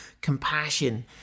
compassion